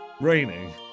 ...raining